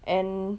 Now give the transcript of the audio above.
and